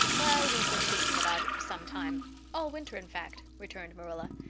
well, we've been thinking about it for some time all winter in fact, returned marilla.